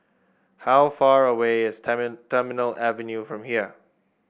how far away is Terminal Avenue from here